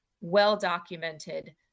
well-documented